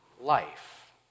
life